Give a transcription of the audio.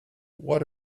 what